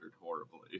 horribly